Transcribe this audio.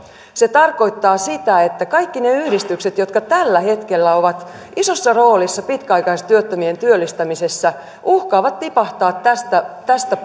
se tarkoittaa sitä että kaikki ne yhdistykset jotka tällä hetkellä ovat isossa roolissa pitkäaikaistyöttömien työllistämisessä uhkaavat tipahtaa tästä tästä